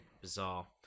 Bizarre